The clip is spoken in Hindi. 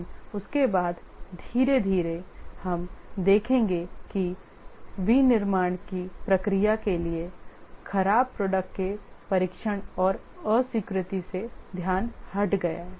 लेकिन उसके बाद धीरे धीरे हम देखेंगे कि विनिर्माण की प्रक्रिया के लिए खराब प्रोडक्ट के परीक्षण और अस्वीकृति से ध्यान हट गया